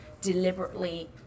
deliberately